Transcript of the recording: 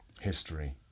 history